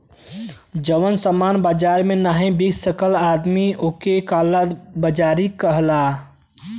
जौन सामान बाजार मे नाही बिक सकत आदमी ओक काला बाजारी कहला